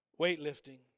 weightlifting